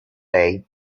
lei